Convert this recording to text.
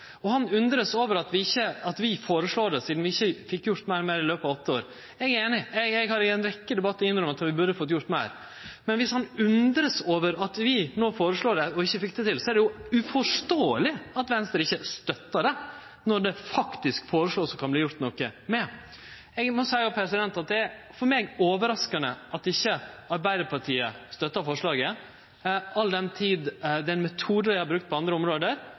og han undrast over at vi føreslår det, sidan vi ikkje fekk gjort meir med det i løpet av åtte år. Eg er einig, eg har i ei rekkje debattar innrømt at vi burde fått gjort meir. Men viss han undrast over at vi no føreslår det, og ikkje fekk det til, så er det uforståeleg at Venstre ikkje støttar det når det faktisk vert føreslått å gjere noko med det. Eg må òg seie at det er overraskande for meg at Arbeidarpartiet ikkje støttar forslaget, all den tid det er ein metode dei har brukt på andre område,